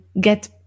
get